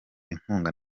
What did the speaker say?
inkunga